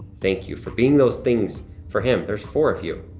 thank you for being those things for him. there's four of you,